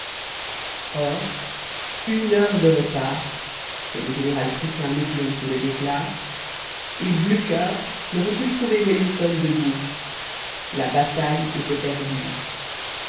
une heure de retard c'est le général prussien muffling qui le déclare et blücher n'aurait plus trouvé wellington debout la bataille était perdue